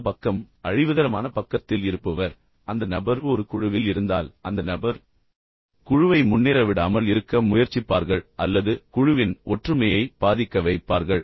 இந்த பக்கம் அழிவுகரமான பக்கத்தில் இருப்பவர் அந்த நபர் ஒரு குழுவில் இருந்தால் அந்த நபர் குழுவை முன்னேற விடாமல் இருக்க முயற்சிப்பார்கள் அல்லது குழுவின் ஒற்றுமையை பாதிக்க வைப்பார்கள்